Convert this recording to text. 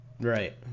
Right